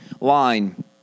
line